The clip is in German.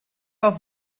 auf